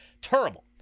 Terrible